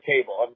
table